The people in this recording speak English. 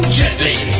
gently